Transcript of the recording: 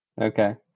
Okay